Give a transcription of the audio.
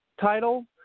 title